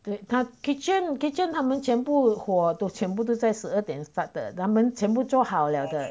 对他 kitchen kitchen 他们全部火的全部在十二点 start 的他们全部好了的